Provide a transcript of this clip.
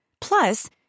Plus